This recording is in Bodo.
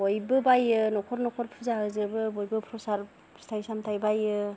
बयबो बायो न'खर न'खर फुजा होजोबो बयबो प्रसाद फिथाइ सामथाय बायो